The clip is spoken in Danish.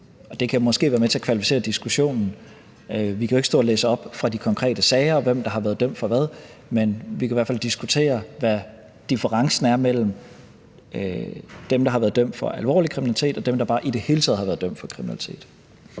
det kan måske være med til at kvalificere diskussionen. Vi kan jo ikke stå og læse op fra de konkrete sager, og hvem der har været dømt for hvad, men vi kan i hvert fald diskutere, hvad differencen er mellem dem, der har været dømt for alvorlig kriminalitet, og dem, der bare i det hele taget har været dømt for kriminalitet.